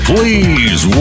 Please